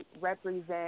represent